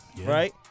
right